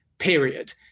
period